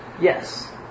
Yes